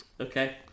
Okay